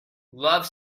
love